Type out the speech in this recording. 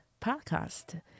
podcast